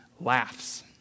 laughs